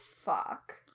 fuck